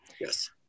Yes